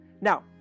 Now